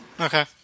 Okay